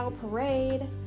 Parade